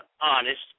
honest